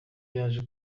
yaje